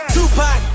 Tupac